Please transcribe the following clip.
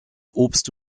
obst